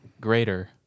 greater